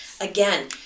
Again